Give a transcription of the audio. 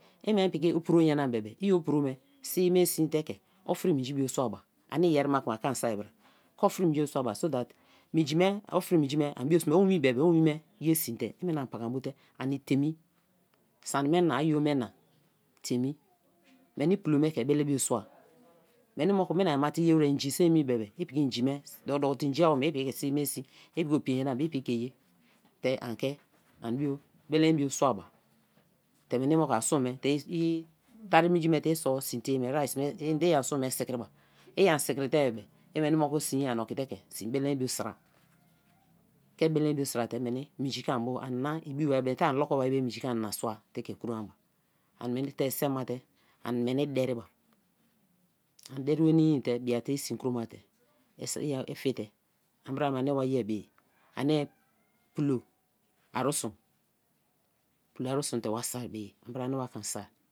I men piki opro nyanam bei opro me, si-me sin te ke otri minji blo suaba, ani yerima ma a ke ani so bra, ke ofri-minji bio suaba so that minji me, ofri minji me, anie bio sme owin be be, owin me ye sin te, i meniani pakan bo te ani teime, sani mena ayo me na tei me, meni pulo me ke bele io sua, meni moku minai-ma te i ye wer, inji so emi bebe, do ko, do ko te inji awome, i piki ke súme si, i piki opua nyana bebe i pi ke ye te ake a bio, bele-i bu suaba, te meni moku ai sun me te i tari minji me te i sor sin tei me i rice me, aru sun me sikri ba, i am sikrite bebe, imeni moku sin a oki te ke sin bele bio sra, ke bele bu sra te minji ke ani minji te ani i bi bai, mie te ani lo ko bai bo minji ke ani sua te ke kro, an meni dere ma, an dere i fite an bra me ani wa ye bei ye, ani pulo arisun pulo arisun te wa sor be ye, an bra an wer kan sor.